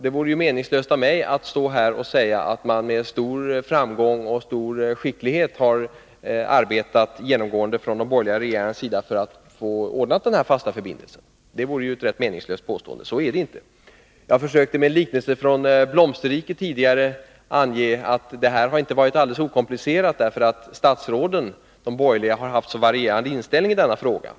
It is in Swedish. Det vore meningslöst av mig att här hävda att de borgerliga regeringarna genomgående med stor framgång och skicklighet arbetat för att få till stånd en fast förbindelse. Så är det inte. Jag försökte tidigare med en liknelse från blomsterriket ange att det borgerliga samarbetet inte har varit alldeles okomplicerat, på grund av att de borgerliga statsråden haft så varierande inställning i denna fråga.